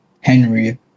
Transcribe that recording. Henry